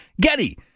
Getty